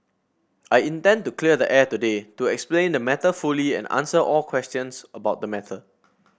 I intend to clear the air today to explain the matter fully and answer all questions about the matter